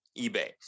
eBay